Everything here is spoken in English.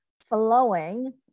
flowing